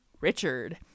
Richard